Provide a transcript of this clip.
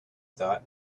thought